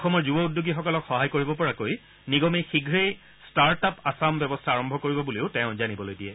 অসমৰ যুৱ উদ্যোগীসকলক সহায় কৰিব পৰাকৈ নিগমে শীঘ্ৰেই ষ্টাৰ্ট আপ আছাম ব্যৱস্থা আৰম্ভ কৰিব বুলিও তেওঁ জানিবলৈ দিয়ে